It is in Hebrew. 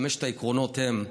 חמשת העקרונות הם: